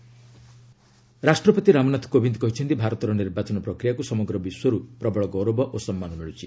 ପ୍ରେଜ୍ ଭୋଟସ ରାଷ୍ଟ୍ରପତି ରାମନାଥ କୋବିନ୍ଦ କହିଛନ୍ତି ଭାରତର ନିର୍ବାଚନ ପ୍ରକ୍ରିୟାକୁ ସମଗ୍ର ବିଶ୍ୱରୁ ପ୍ରବଳ ଗୌରବ ଓ ସମ୍ମାନ ମିଳୁଛି